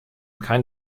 kein